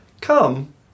Come